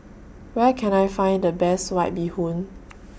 Where Can I Find The Best White Bee Hoon